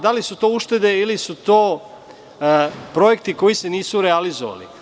Da li su to uštede ili su to projekti koji se nisu realizovali?